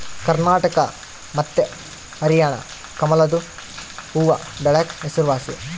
ಕರ್ನಾಟಕ ಮತ್ತೆ ಹರ್ಯಾಣ ಕಮಲದು ಹೂವ್ವಬೆಳೆಕ ಹೆಸರುವಾಸಿ